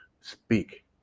speak